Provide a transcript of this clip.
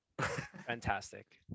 Fantastic